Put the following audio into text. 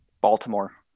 Baltimore